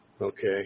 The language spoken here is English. Okay